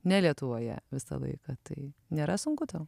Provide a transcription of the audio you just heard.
ne lietuvoje visą laiką tai nėra sunku tau